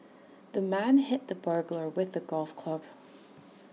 the man hit the burglar with A golf club